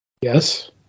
Yes